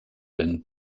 been